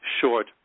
short